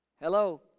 Hello